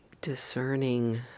discerning